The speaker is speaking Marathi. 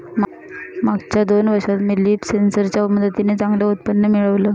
मागच्या दोन वर्षात मी लीफ सेन्सर च्या मदतीने चांगलं उत्पन्न मिळवलं